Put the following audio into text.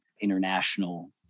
international